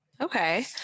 Okay